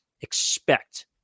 expect